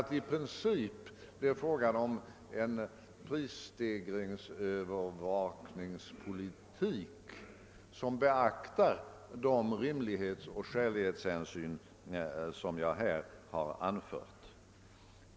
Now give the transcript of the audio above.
I princip blir det fråga om en prisövervakning som inte beaktar de rimlighetsoch skälighetshänsyn som jag här har talat för.